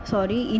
Sorry